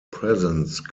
presence